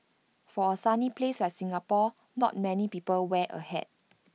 for A sunny place like Singapore not many people wear A hat